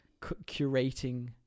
curating